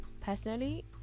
personally